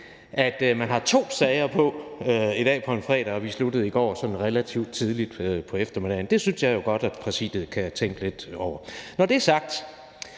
at man har to sager på i dag, på en fredag, når vi i går sluttede sådan relativt tidligt på eftermiddagen. Det synes jeg jo godt at Præsidiet kan tænke lidt over. Når det er sagt,